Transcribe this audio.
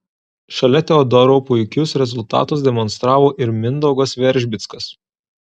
šalia teodoro puikius rezultatus demonstravo ir mindaugas veržbickas